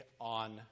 on